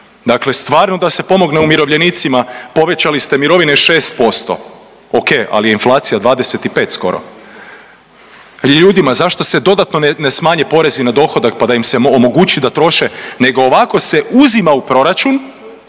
Dakle, stvarno da se pomogne umirovljenicima. Povećali ste mirovine 6% ok, ali je inflacija 25 skoro. Ljudima zašto se dodatno ne smanje porezi na dohodak pa da im se omogući da troše, nego ovako se uzima u proračun